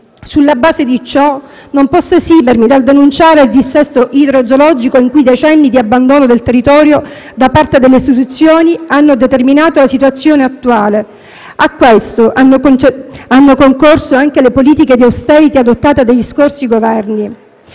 Sulla base di ciò non posso esimermi dal denunciare il dissesto idrogeologico, con decenni di abbandono del territorio da parte delle istituzioni che hanno determinato la situazione attuale; a questo hanno concorso anche le politiche di *austerity* adottate dagli scorsi Governi.